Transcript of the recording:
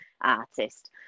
artist